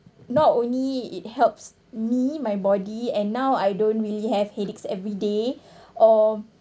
not only it helps me my body and now I don't really have headaches every day or